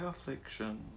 affliction